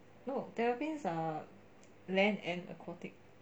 no terrapins are land and aquatic